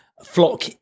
Flock